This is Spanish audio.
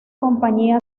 compañía